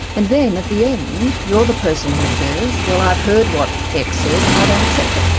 and then at the end you're the person who says, well, i've heard what x says and i don't accept it.